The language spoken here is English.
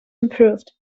improved